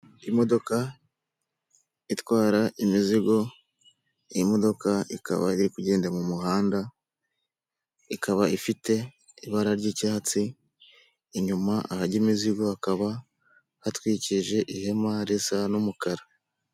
Imodoka itwara imizigo, iyi modoka ikaba iri kugenda mu muhanda, ikaba ifite ibara ry'icyatsi, inyuma ahajya imizigo, hakaba hatwikije ihema risa n'umukara.